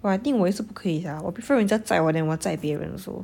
!wah! I think 我也是不可以 sia 我 prefer 人家载我 than 我载人 also